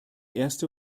erste